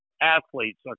athletes